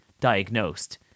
diagnosed